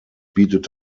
bietet